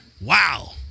Wow